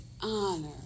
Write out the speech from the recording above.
honor